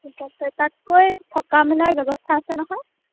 তাত গৈ থকা মেলাৰ ব্যৱস্থা আছে নহয়